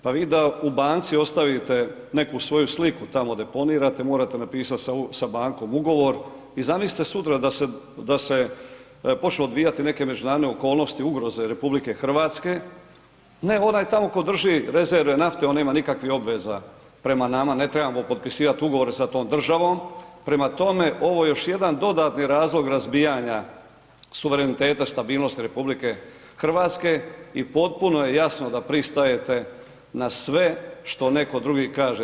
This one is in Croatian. Pa vi da u banci ostavite neku svoju sliku tamo deponirate, morate napisat sa bankom ugovor i zamislite sutra da se počnu odvijati neke međunarodne okolnosti, ugroze RH, ne onaj tamo tko drži rezerve nafte, on nema nikakvih obveza prema nama, ne trebamo potpisivati ugovore sa tom državom, prema tome, ovo je još jedan dodatni razlog razbijanja suvereniteta, stabilnosti RH i potpuno je jasno da pristajete na sve što netko drugi kaže.